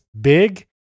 big